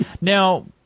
Now